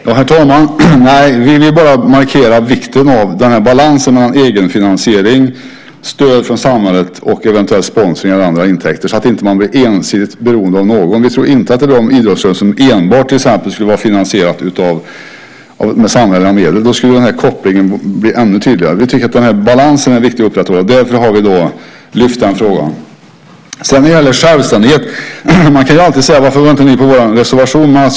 Herr talman! Nej, vi vill bara markera vikten av att ha en balans mellan egenfinansiering, stöd från samhället och eventuell sponsring eller andra intäkter så att man inte blir ensidigt beroende av någon. Vi tror inte att det vore bra om idrottsrörelsen till exempel skulle vara finansierad enbart med samhälleliga medel. Då skulle den här kopplingen bli ännu tydligare. Vi tycker att denna balans är viktig att upprätthålla, och därför har vi lyft upp den frågan. Sedan gällde det självständigheten. Man kan alltid säga: Varför går inte ni på vår reservation?